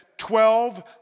Twelve